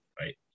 right